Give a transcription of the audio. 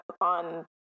on